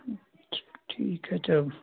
ठीक ठीक है तब